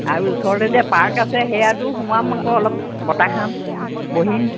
আৰু ওচৰতে যে পাৰ্ক আছে সেয়াতো সোমাম আকৌ অলপ বতাহ খাম বহিম